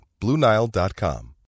BlueNile.com